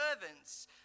servants